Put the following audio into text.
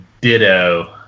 ditto